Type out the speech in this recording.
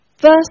first